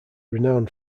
renowned